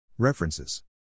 References